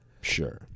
Sure